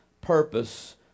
purpose